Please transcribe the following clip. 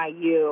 IU